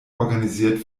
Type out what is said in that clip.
organisiert